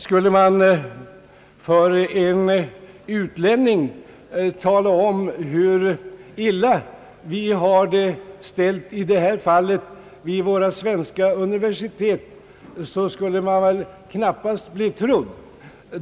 Skulle man för en utlänning tala om hur illa vi har det ställt i detta avseende vid våra svenska universitet skulle man väl knappast bli trodd.